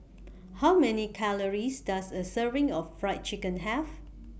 How Many Calories Does A Serving of Fried Chicken Have